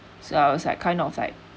so I was like kind of like